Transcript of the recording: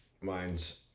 mine's